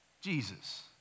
Jesus